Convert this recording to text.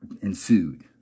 ensued